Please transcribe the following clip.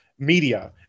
media